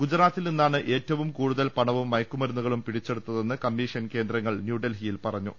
ഗുജറാത്തിൽ നിന്നാണ് ഏറ്റവും കൂടുതൽ പണവും മയക്കുമരുന്നുകളും പിടി ച്ചെടുത്തതെന്ന് കമ്മീഷൻ കേന്ദ്രങ്ങൾ ന്യൂഡൽഹിയിൽ പറഞ്ഞു